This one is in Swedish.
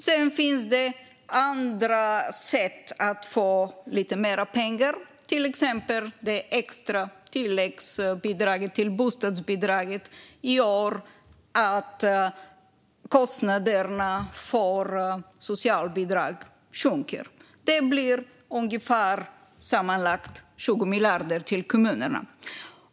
Sedan finns det andra sätt att få lite mer pengar - det extra tilläggsbidraget till bostadsbidraget gör till exempel att kostnaderna för socialbidrag sjunker. Sammanlagt blir det ungefär 20 miljarder till kommunerna.